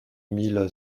mille